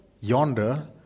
yonder